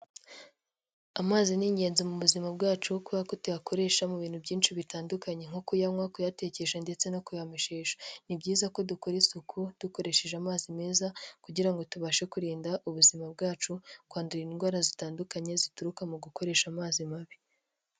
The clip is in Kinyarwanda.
Amazi ni ingenzi mu buzima bwacu kubera ko tuyakoresha mu bintu byinshi bitandukanye nko kuyanywa, kuyatekesha ndetse no kuyameshesha, ni byiza ko dukora isuku dukoresheje amazi meza kugira ngo tubashe kurinda ubuzima bwacu kwandura indwara zitandukanye zituruka mu gukoresha amazi mabi.